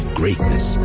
greatness